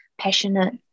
passionate